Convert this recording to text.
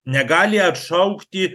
negali atšaukti